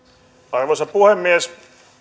arvoisa puhemies